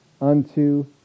unto